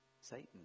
Satan